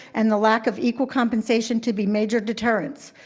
and the lack of equal compensation to be major deterrents.